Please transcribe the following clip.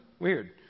Weird